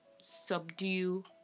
subdue